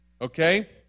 Okay